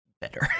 better